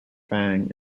fang